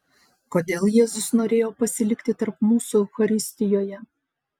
kodėl jėzus norėjo pasilikti tarp mūsų eucharistijoje